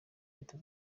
leta